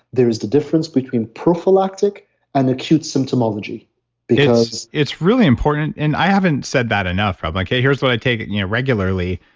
there is the difference between prophylactic and acute symptomology because. it's really important and i haven't said that enough. ah like yeah occasionally but i take it regularly,